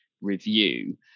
Review